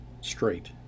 straight